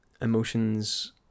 emotions